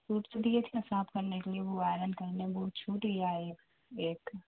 fruits جو دیے تھے صاف کرنے کے لیے وہ آئرن کرنے وہ چھوٹ گیا ایک ایک